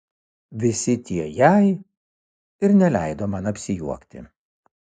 visi tie jei ir neleido man apsijuokti